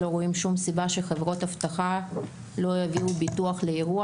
אנחנו לא רואים שום סיבה שחברות אבטחה לא יביאו ביטוח לאירוע.